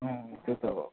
अँ त्यो त हो